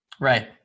right